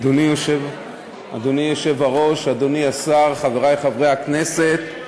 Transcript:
אדוני היושב-ראש, אדוני השר, חברי חברי הכנסת,